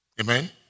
Amen